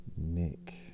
Nick